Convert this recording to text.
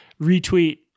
Retweet